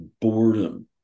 boredom